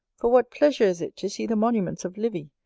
for what pleasure is it to see the monuments of livy,